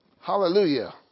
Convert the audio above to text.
Hallelujah